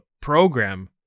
program